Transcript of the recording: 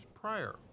prior